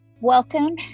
Welcome